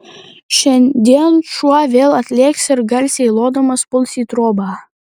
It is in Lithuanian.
šiandien šuo vėl atlėks ir garsiai lodamas puls į trobą